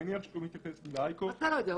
מה זאת אומרת אתה לא יודע?